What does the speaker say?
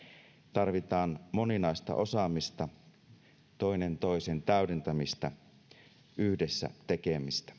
tarvitaan moninaista osaamista toinen toisensa täydentämistä yhdessä tekemistä